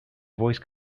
voice